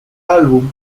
álbum